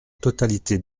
totalité